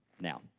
now